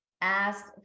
ask